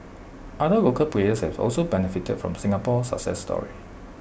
other local players have also benefited from the Singapore success story